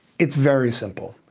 it's very simple.